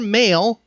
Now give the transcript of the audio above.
male